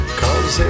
cause